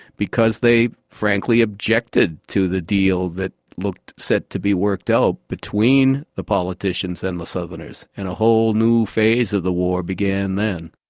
because they frankly, objected to the deal that looked set to be worked out between the politicians and the southerners, and a whole new phase of the war began then.